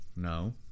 no